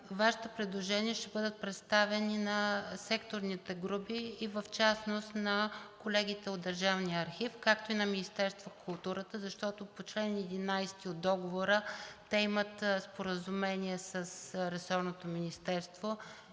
Вашите предложения ще бъдат представени на секторните групи и в частност на колегите от Държавния архив, както и на Министерството на културата, защото по чл. 11 от Договора те имат споразумение с ресорното министерство.